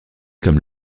comme